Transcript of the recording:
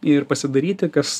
ir pasidaryti kas